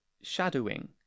shadowing